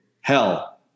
hell